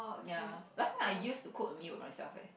ya last time I used to cook a meal for myself eh